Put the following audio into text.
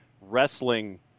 wrestling